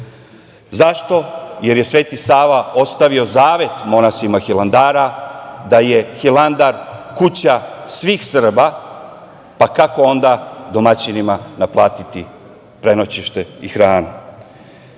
Zašto? Jer je Sveti Sava ostavio zavet monasima Hilandara da je Hilandar kuća svih Srba. Kako onda domaćinima naplatiti prenoćište i